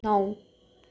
नौ